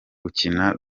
gukina